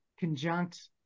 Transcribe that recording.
conjunct